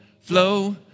flow